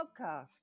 podcast